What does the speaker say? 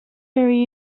very